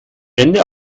ende